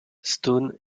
stone